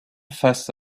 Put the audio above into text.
face